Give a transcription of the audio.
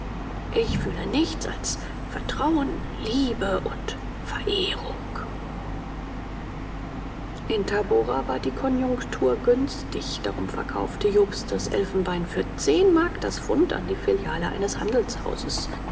ich fühle nichts als vertrauen liebe und verehrung in tabora war die konjunktur günstig darum verkaufte jobst das elfenbein für zehn mark das pfund an die filiale eines handelshauses